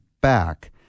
back